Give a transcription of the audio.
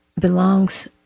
belongs